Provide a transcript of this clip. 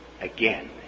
again